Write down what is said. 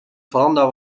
veranda